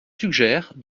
suggère